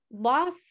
Loss